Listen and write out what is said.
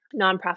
nonprofit